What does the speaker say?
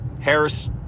Harris